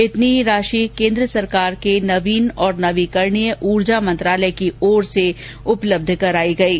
इतनी ही राशि केन्द्र सरकार के नवीन और नवीकरणीय ऊर्जा मंत्रालय की ओर से उपलब्ध करायी गयी